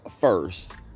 first